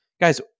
guys